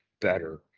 better